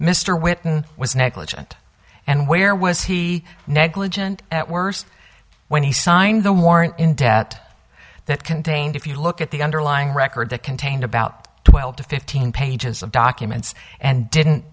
was negligent and where was he negligent at worst when he signed the warrant in debt that contained if you look at the underlying record that contained about twelve to fifteen pages of documents and didn't